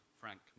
Frank